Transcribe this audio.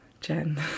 Jen